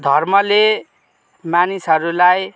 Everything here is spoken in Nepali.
धर्मले मानिसहरूलाई